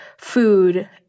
food